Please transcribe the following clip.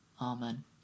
Amen